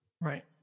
Right